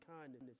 kindness